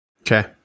Okay